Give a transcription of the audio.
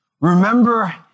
remember